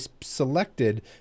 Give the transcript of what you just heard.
selected